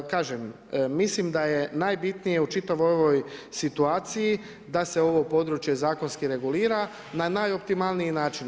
Kažem, mislim da je najbitnije u čitavoj ovoj situaciji da se ovo područje zakonski regulira na najoptimalniji način.